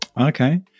Okay